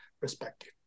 perspective